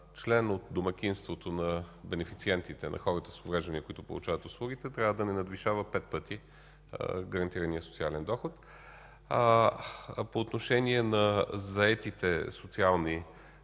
член от домакинството на бенефициентите – хората с увреждания, които получават услугите, трябва да не надвишава пет пъти гарантирания социален доход. По отношение на заетите лични